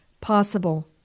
possible